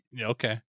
okay